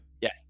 Yes